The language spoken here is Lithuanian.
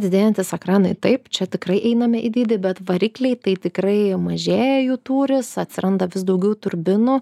didėjantys ekranai taip čia tikrai einame į dydį bet varikliai tai tikrai mažėja jų tūris atsiranda vis daugiau turbinų